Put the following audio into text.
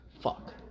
Fuck